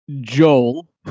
Joel